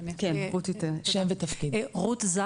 אני